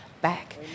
back